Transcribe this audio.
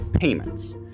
payments